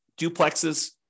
duplexes